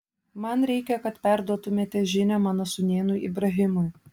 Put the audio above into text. man reikia kad perduotumėte žinią mano sūnėnui ibrahimui